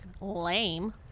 Lame